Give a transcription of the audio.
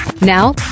Now